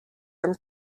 from